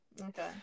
Okay